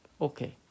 okay